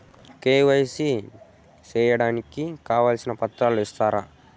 KYC సేయడానికి కావాల్సిన పత్రాలు ఇస్తారా?